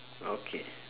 okay